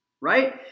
right